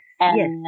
Yes